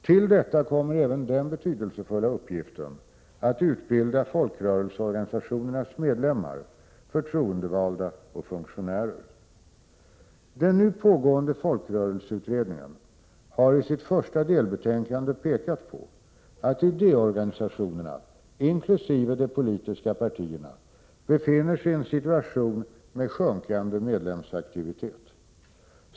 Till detta kommer även den betydelsefulla uppgiften att utbilda folkrörel seorganisationernas medlemmar, förtroendevalda och funktionärer. Den nu pågående folkrörelseutredningen har i sitt första delbetänkande pekat på att idéorganisationerna inkl. de politiska partierna befinner sig i en situation med sjunkande medlemsaktivitet.